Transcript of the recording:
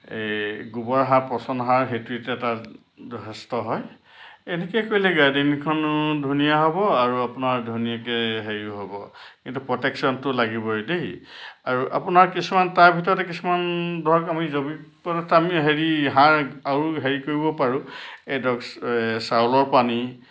এই গোবৰ সাৰ পচন সাৰ সেইটো এতিয়া তাত যথেষ্ট হয় এনেকৈ কৰিলে গাৰ্ডেনখনো ধুনীয়া হ'ব আৰু আপোনাৰ ধুনীয়াকৈ হেৰি হ'ব কিন্তু প্ৰটেকশ্যনটো লাগিবই দেই আৰু আপোনাৰ কিছুমান তাৰ ভিতৰতে কিছুমান ধৰক আমি জৈৱিক পদাৰ্থ আমি হেৰি সাৰ আৰু হেৰি কৰিব পাৰোঁ এই ধৰক এই চাউলৰ পানী